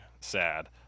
sad